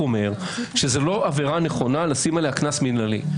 זאת לא עבירה נכונה לשים עליה קנס מינהלי.